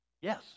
yes